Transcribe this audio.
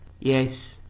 yes.